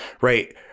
right